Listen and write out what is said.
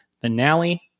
finale